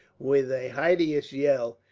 with a hideous yell,